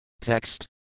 Text